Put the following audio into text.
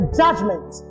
judgment